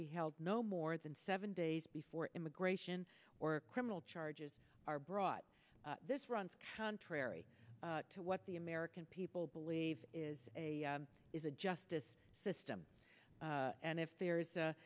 be held no more than seven days before immigration or criminal charges are brought this runs contrary to what the american people believe is a is a justice system and if there's